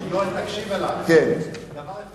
יואל, תקשיב לי, אתה היית